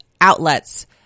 outlets